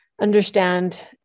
understand